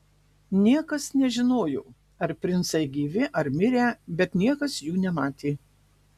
niekas nežinojo ar princai gyvi ar mirę bet niekas jų nematė